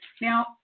Now